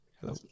Hello